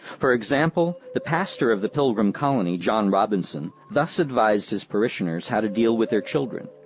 for example, the pastor of the pilgrim colony, john robinson, thus advised his parishioners how to deal with their children